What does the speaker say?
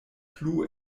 plu